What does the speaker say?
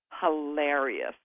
hilarious